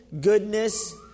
goodness